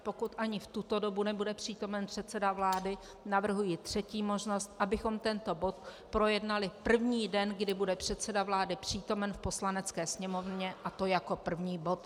Pokud ani v tuto dobu nebude přítomen předseda vlády, navrhuji třetí možnost, abychom tento bod projednali první den, kdy bude předseda vlády přítomen v Poslanecké sněmovně, a to jako první bod.